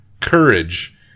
courage